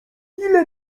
ile